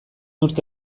urte